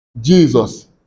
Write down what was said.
Jesus